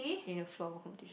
in a floorball competition